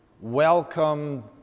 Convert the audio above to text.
welcome